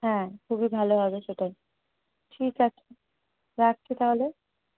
হ্যাঁ খুবই ভালো হবে সেটাই ঠিক আছে রাখছি তাহলে